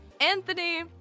Anthony